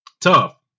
tough